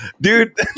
dude